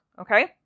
Okay